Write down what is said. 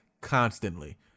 constantly